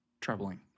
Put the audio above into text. troubling